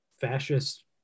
fascist